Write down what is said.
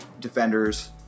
defenders